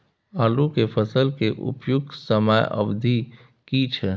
आलू के फसल के उपयुक्त समयावधि की छै?